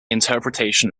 interpretation